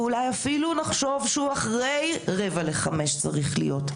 ואולי אפילו נחשוב שהוא אחרי 16:45 צריך להיות.